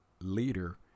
leader